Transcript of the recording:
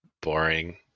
boring